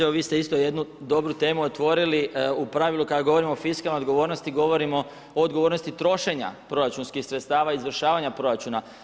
Evo vi ste isto jednu dobru temu otvorili, u pravilu kada govorimo o fiskalnoj odgovornosti, govorimo o odgovornosti trošenja proračunskih sredstava, izvršavanja proračuna.